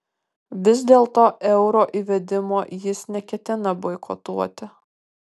vis dėlto euro įvedimo jis neketina boikotuoti